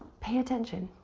pay attention.